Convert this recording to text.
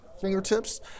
fingertips